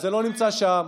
אתה טועה.